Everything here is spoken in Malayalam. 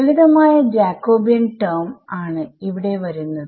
ലളിതമായ ജാകോബിയൻ ടെർമ് ആണ് ഇവിടെ വരുന്നത്